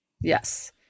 Yes